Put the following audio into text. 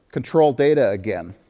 control data, again,